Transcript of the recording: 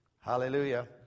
Hallelujah